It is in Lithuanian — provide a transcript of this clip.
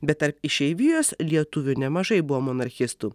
bet tarp išeivijos lietuvių nemažai buvo monarchistų